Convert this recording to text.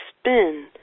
spin